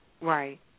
Right